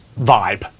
vibe